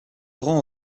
rend